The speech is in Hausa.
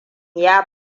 ya